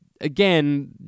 again